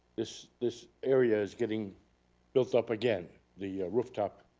this this area is getting built up again, the rooftop